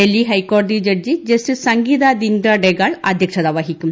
ഡൽഹി ഹൈക്കോടതി ജഡ്ജി ജസ്റ്റിസ് സംഗീത ദിൻഗ്ര ഡെഗാൾ അധ്യക്ഷത വഹിക്കും